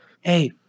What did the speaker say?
hey